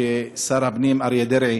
ששר הפנים אריה דרעי,